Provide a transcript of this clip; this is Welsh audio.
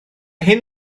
hyn